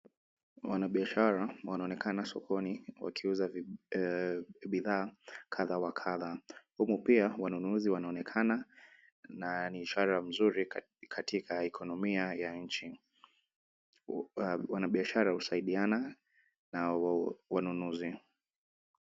Wanabiashara wanaonekana sokoni wakiuza bidhaa kadha wa kadha. Humu pia, wanunuzi wanaonekana na ni ishara mzuri katika ekonomia ya nchi. Wanabiashara husaidiana na wanunuzi.